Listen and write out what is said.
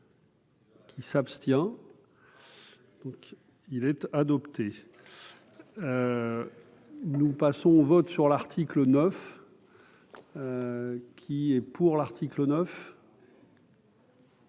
Qui s'abstient, donc il est adopté, nous passons au vote sur l'article 9 qui est pour l'article 9.